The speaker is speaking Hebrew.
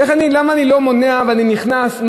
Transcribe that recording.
איך אני, למה אני לא מונע את זה ואני נכנס לזה?